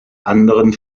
anderen